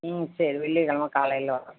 ம் சரி வெள்ளிக்கெழமை காலையில் வரேன்